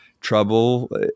trouble